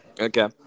Okay